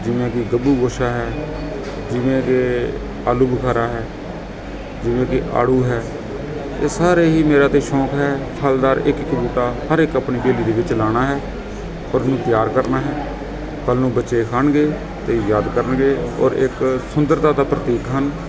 ਜਿਵੇਂ ਕਿ ਗੱਗੂਗੋਸ਼ਾ ਹੈ ਜਿਵੇਂ ਕਿ ਆਲੂ ਬੁਖਾਰਾ ਹੈ ਜਿਵੇਂ ਕਿ ਆੜੂ ਹੈ ਇਹ ਸਾਰੇ ਹੀ ਮੇਰਾ ਤਾਂ ਸ਼ੌਕ ਹੈ ਫਲਦਾਰ ਇੱਕ ਇੱਕ ਬੂਟਾ ਹਰ ਇੱਕ ਆਪਣੀ ਹਵੇਲੀ ਦੇ ਵਿੱਚ ਲਾਉਣਾ ਹੈ ਔਰ ਉਹਨੂੰ ਤਿਆਰ ਕਰਨਾ ਹੈ ਕੱਲ੍ਹ ਨੂੰ ਬੱਚੇ ਖਾਣਗੇ ਅਤੇ ਯਾਦ ਕਰਨਗੇ ਔਰ ਇਹ ਇੱਕ ਸੁੰਦਰਤਾ ਦਾ ਪ੍ਰਤੀਕ ਹਨ